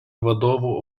vadovų